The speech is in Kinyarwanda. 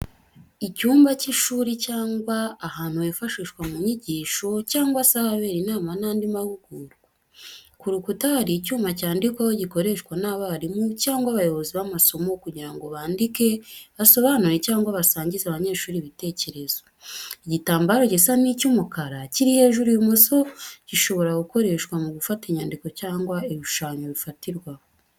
Icyumba cy’ishuri cyangwa ahantu hifashishwa mu nyigisho, cyangwa se ahabera inama n'andi mahugurwa. Ku rukuta hari icyuma cyandikwaho gikoreshwa n’abarimu cyangwa abayobozi b’amasomo kugira ngo bandike, basobanure cyangwa basangize abanyeshuri ibitekerezo. Igitambaro gisa n’icy’umukara kiri hejuru ibumoso gishobora gukoreshwa mu gufata inyandiko cyangwa ibishushanyo bifatirwaho.